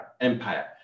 empire